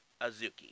Azuki